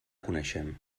coneixem